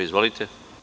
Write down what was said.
Izvolite.